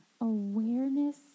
awareness